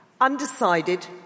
Undecided